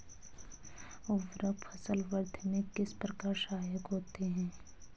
उर्वरक फसल वृद्धि में किस प्रकार सहायक होते हैं?